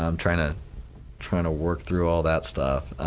i'm trying to trying to work through all that stuff.